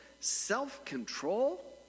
self-control